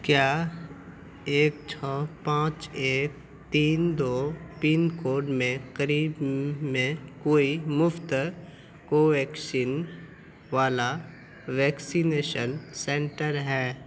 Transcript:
کیا ایک چھ پانچ ایک تین دو پن کوڈ میں قریب میں کوئی مفت کوویکسین والا ویکسینیشن سنٹر ہے